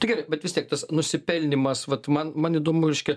tai gerai bet vis tiek tas nusipelnymas vat man man įdomu reiškia